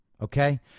Okay